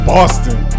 Boston